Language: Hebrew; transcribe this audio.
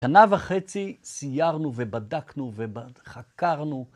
שנה וחצי סיירנו ובדקנו וחקרנו.